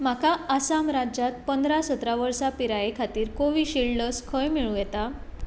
म्हाका आसाम राज्यांत पंद्रा सतरा वर्सा पिराये खातीर कोविशिल्ड लस खंय मेळूं येता